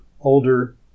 older